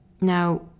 Now